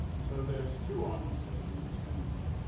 so there's two on us at a loose end.